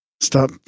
stop